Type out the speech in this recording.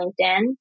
LinkedIn